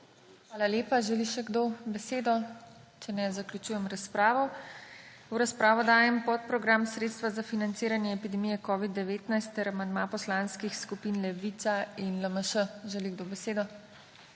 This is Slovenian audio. Hvala lepa. Želi še kdo besedo? Če ne, zaključujem razpravo. V razpravo dajem podprogram Sredstva za financiranje epidemije covid-19 ter amandma poslanskih skupin Levica in LMŠ. Želi kdo besedo?